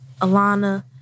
Alana